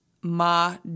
Ma